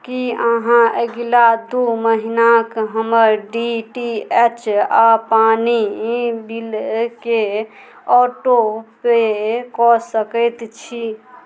कि अहाँ अगिला दुइ महिनाके हमर डी टी एच आओर पानि बिलकेँ ऑटोपे कऽ सकै छी